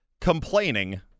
complaining